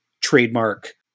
trademark